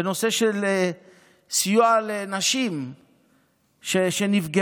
בנושא של סיוע לנשים שנפגעו,